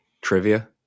trivia